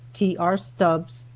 t. r. stubbs,